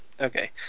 Okay